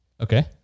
Okay